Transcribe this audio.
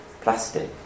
plastic